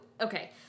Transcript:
okay